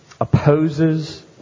opposes